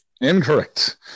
Incorrect